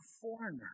foreigner